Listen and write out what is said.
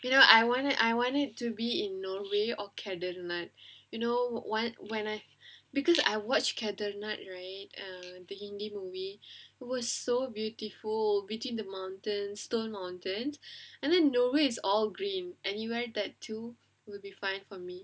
you know I wanted I wanted to be in norway or canada you know what when I because I watch kedarnath right err the hindi movie was so beautiful between the mountains stone mountain and then norway's all green anywhere that two will be fine for me